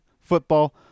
Football